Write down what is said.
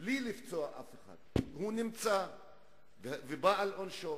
בלי לפצוע אף אחד, הוא נמצא ובא על עונשו.